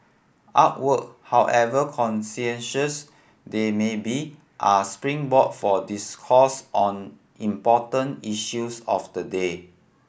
artwork however contentious they may be are springboard for discourse on important issues of the day